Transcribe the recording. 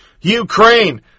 Ukraine